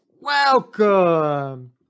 welcome